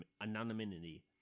anonymity